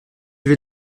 vais